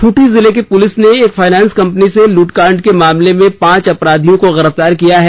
खूंटी जिले की पुलिस ने एक फाइनेंस कंपनी से लूटकांड के मामले में पांच अपराधियों को गिरफ्तार किया है